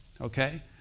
Okay